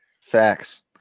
Facts